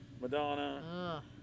Madonna